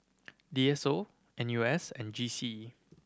D S O N U S and G C E